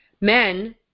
men